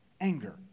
Anger